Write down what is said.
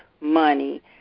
money